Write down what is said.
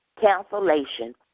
cancellation